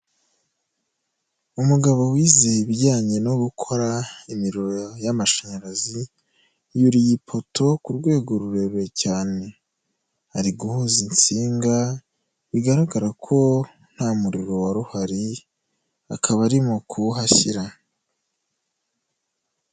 Umugabo wize ibijyanye no gukora imiriro y'amashanyarazi yuriye ipoto ku rwego rurerure cyane, ari guhuza insinga bigaragara ko nta muriro wari uhari akaba arimo kuwuhashyira.